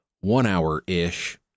one-hour-ish